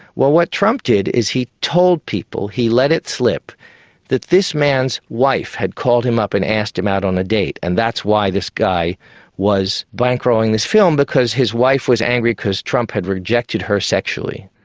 well, what trump did is he told people, he let it slip that this man's wife had called him up and asked him out on a date and that's why this guy was bankrolling this film because his wife was angry because trump had rejected her sexually.